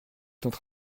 êtes